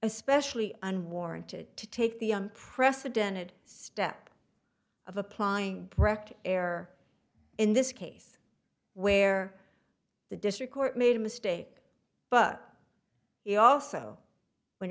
especially unwarranted to take the unprecedented step of applying brecht error in this case where the district court made a mistake but he also when